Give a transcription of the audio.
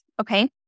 Okay